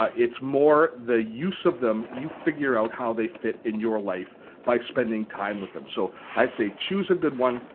ah it's more the use of them you figure out how they fit in your life by spending time with them. so i say choose a good one,